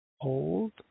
hold